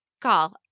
call